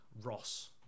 Ross